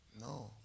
No